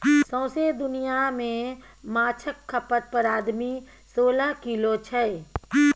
सौंसे दुनियाँ मे माछक खपत पर आदमी सोलह किलो छै